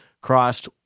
crossed